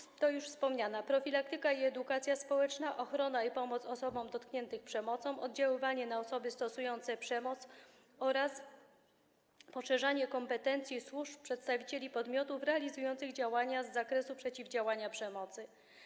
Są to już wspomniane: profilaktyka i edukacja społeczna, ochrona osób dotkniętych przemocą i pomoc tym osobom, oddziaływanie na osoby stosujące przemoc oraz poszerzanie kompetencji służb, przedstawicieli podmiotów realizujących działania z zakresu przeciwdziałania przemocy.